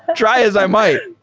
try as i might.